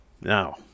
Now